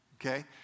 Okay